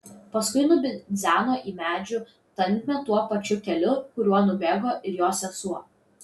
paskui nubidzeno į medžių tankmę tuo pačiu keliu kuriuo nubėgo ir jo sesuo